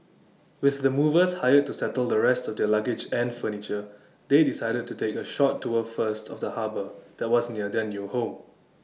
with the movers hired to settle the rest of their luggage and furniture they decided to take A short tour first of the harbour that was near their new home